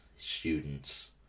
students